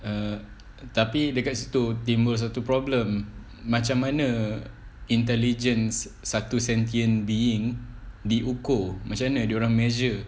err tapi dekat situ timbul satu problem macam mana intelligence satu sentient being diukur macam mana dia orang measure